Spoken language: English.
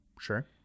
sure